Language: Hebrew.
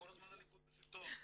כל הזמן הליכוד בשלטון.